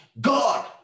God